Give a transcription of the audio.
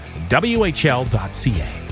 whl.ca